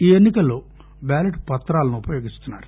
ఈ ఎన్ని కల్లో బ్యాలట్ పత్రాలను ఉపయోగిస్తున్నారు